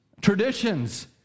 Traditions